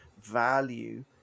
value